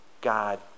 God